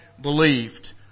believed